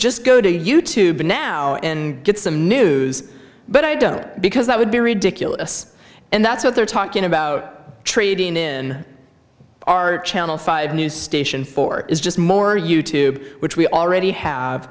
just go to you tube now and get some news but i don't because that would be ridiculous and that's what they're talking about trading in our channel five news station four is just more you tube which we already have